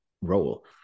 role